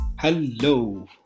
Hello